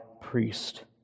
priest